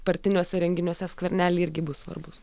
partiniuose renginiuose skvernelį irgi bus svarbus